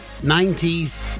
90s